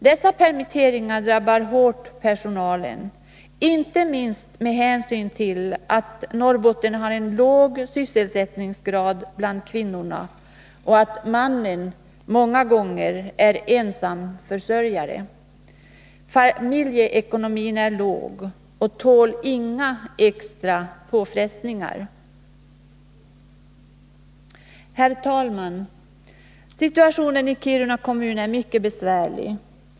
Dessa permitteringar drabbar hårt personalen, inte minst med hänsyn till att Norrbotten har en låg sysselsättningsgrad bland kvinnorna och att mannen många gånger är ensamförsörjare. Familjeekonomin är dålig och tål inga extra påfrestningar. Herr talman! Situationen i Kiruna kommun är mycket besvärlig.